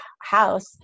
house